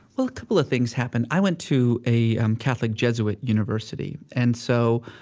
well, a couple of things happened. i went to a catholic jesuit university. and so,